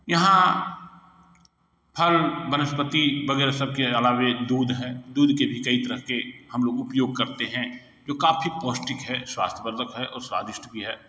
यहाँ फल वनस्पति वगैरह सबके अलावे दूध है दूध के भी कई तरह के हम लोग उपयोग करते हैं जो काफ़ी पौष्टिक है स्वास्थ्यवर्धक है और स्वादिष्ट भी है